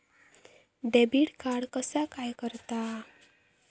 Debit card कसा कार्य करता?